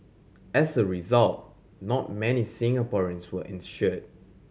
as a result not many Singaporeans were insured